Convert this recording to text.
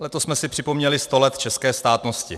Letos jsme si připomněli sto let české státnosti.